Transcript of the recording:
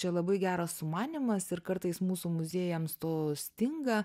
čia labai geras sumanymas ir kartais mūsų muziejams to stinga